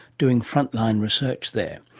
doing front line research there.